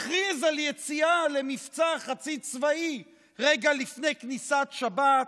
מכריז על יציאה למבצע חצי צבאי רגע לפני כניסת שבת,